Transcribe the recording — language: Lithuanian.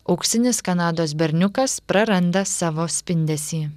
auksinis kanados berniukas praranda savo spindesį